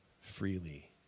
freely